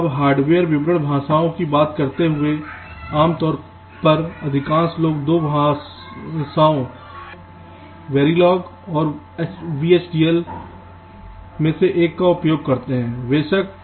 अब हार्डवेयर विवरण भाषाओं की बात करते हुए आमतौर पर अधिकांश लोग दो भाषाओं Verilog और VHDL में से एक का उपयोग करते हैं